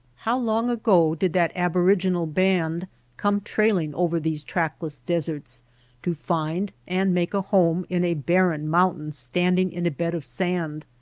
how long ago did that aboriginal band come trailing over these trackless deserts to find and make a home in a barren mountain standing in a bed of sand?